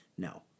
No